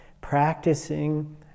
practicing